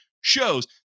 shows